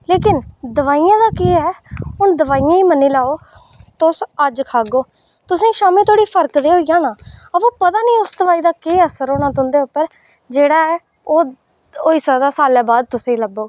लेकिन दोआइयै दा केह् ऐ हून दोआइयै गी मन्नी लेओ तुस अज्ज खागेओ तुसें गी शामीं धोड़ी फर्क ते होई जाना अबो पता नेईं उस दोआई दा केह् असर पौना तुं'दे उप्पर जेहड़ा एह् ओह् होई सकदा सालें बाद तुसें गी लब्भग